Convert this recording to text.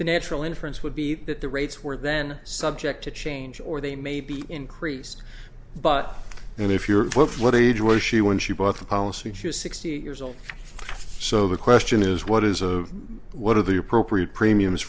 the natural inference would be that the rates were then subject to change or they may be increased but and if you're what age was she when she bought the policy she was sixty years old so the question is what is a what are the appropriate premiums